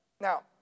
Now